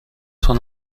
son